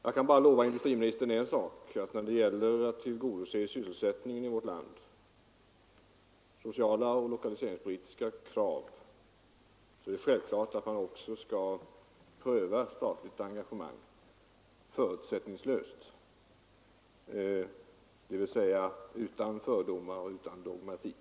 Jag kan bara lova industriministern en sak, nämligen att när det gäller att tillgodose sysselsättningen i vårt land, socialt och lokaliseringspolitiskt, bör man självfallet också pröva ett statligt engagemang förutsättningslöst, dvs. utan fördomar och utan dogmatik.